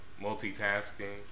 multitasking